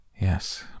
Yes